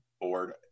board